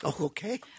Okay